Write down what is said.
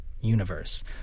universe